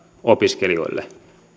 opiskelijoille